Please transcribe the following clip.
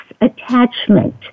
attachment